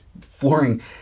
flooring